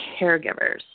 caregivers